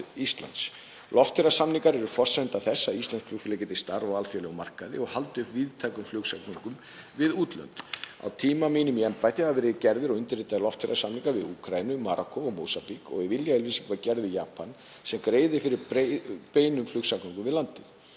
Íslands. Loftferðasamningar eru forsenda þess að íslensk flugfélög geti starfað á alþjóðlegum markaði og haldið víðtækum flugsamgöngum við útlönd. Á tíma mínum í embætti hafa verið gerðir og undirritaðir loftferðasamningar við Úkraínu, Marokkó og Mósambík og viljayfirlýsing var gerð við Japan sem greiðir fyrir beinum flugsamgöngum við landið.